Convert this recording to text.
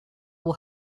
will